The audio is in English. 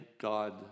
God